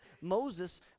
Moses